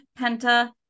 Penta